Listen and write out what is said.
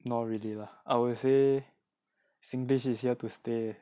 not really lah I would say singlish is here to stay